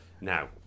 Now